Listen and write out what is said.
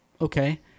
okay